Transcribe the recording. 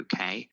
UK